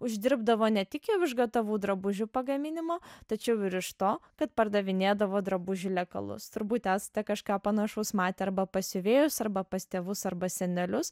uždirbdavo ne tik jau už gatavų drabužių pagaminimo tačiau ir iš to kad pardavinėdavo drabužių lekalus turbūt esate kažką panašaus matę arba pas siuvėjus arba pas tėvus arba senelius